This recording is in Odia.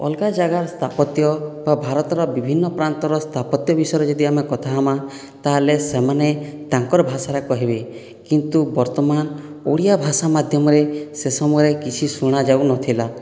ଅଲଗା ଜାଗାର୍ ସ୍ଥାପତ୍ୟ ବା ଭାରତର ବିଭିନ୍ନ ପ୍ରାନ୍ତର ସ୍ଥାପତ୍ୟ ବିଷୟରେ ଯଦି ଆମେ କଥା ହେମା ତାହେଲେ ସେମାନେ ତାଙ୍କର ଭାଷାରେ କହେବେ କିନ୍ତୁ ବର୍ତ୍ତମାନ ଓଡ଼ିଆ ଭାଷା ମାଧ୍ୟମରେ ସେ ସମୟରେ କିଛି ଶୁଣା ଯାଉନଥିଲା